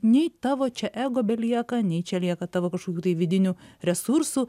nei tavo čia ego belieka nei čia lieka tavo kažkokių tai vidinių resursų